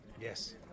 Yes